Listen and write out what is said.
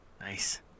nice